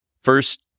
First